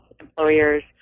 employers